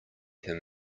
him